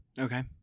Okay